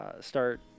start